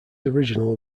original